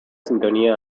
sintonía